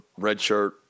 redshirt